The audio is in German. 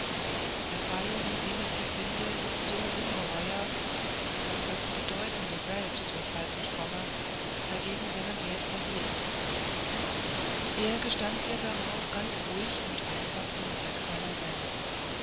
der fall in dem ich sie finde ist so ungeheuer daß das bedeutende selbst weshalb ich komme dagegen seinen wert verliert er gestand ihr darauf ganz ruhig und einfach den zweck seiner sendung